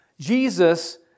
Jesus